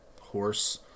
horse